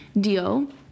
deal